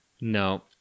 No